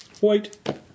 White